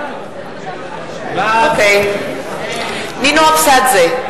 (קוראת בשמות חברי הכנסת) נינו אבסדזה,